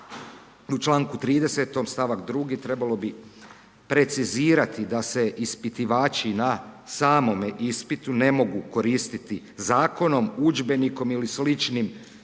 U čl. 30., st. 2. trebalo bi precizirati da se ispitivači na samome ispitu ne mogu koristiti Zakonom, udžbenikom ili sličnim pomoćnim